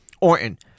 Orton